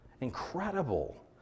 Incredible